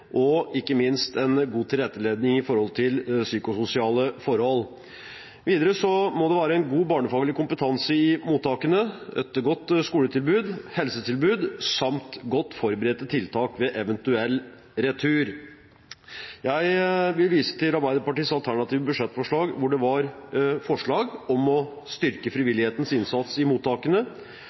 og ikke minst en god tilrettelegging med tanke på de psykososiale forholdene. Videre må det være god barnefaglig kompetanse i mottakene, et godt skoletilbud, helsetilbud samt godt forberedte tiltak ved eventuell retur. Jeg vil vise til Arbeiderpartiets alternative budsjettforslag, hvor det var forslag om å styrke frivillighetens innsats i mottakene,